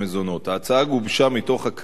החוקה, חוק